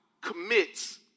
commits